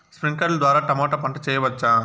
స్ప్రింక్లర్లు ద్వారా టమోటా పంట చేయవచ్చా?